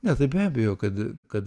ne taip be abejo kad kad